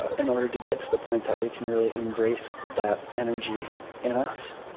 in order to get to the point that we can really embrace that energy in us